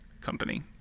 company